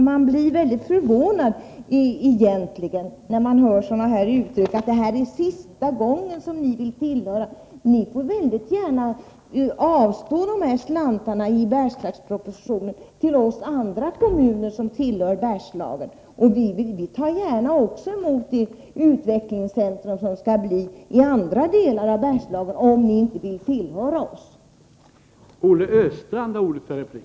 Jag blir förvånad när jag hör sådana uttryck som att det är sista gången ni vill tillhöra den här regionen. Ni får gärna avstå de slantar som Bergslagspropositionen innebär till de andra kommuner som tillhör Bergslagen. Vi i de kommunerna tar också gärna emot det utvecklingscentrum som skall tillkomma i andra delar av Bergslagen, om ni inte vill tillhöra den här regionen.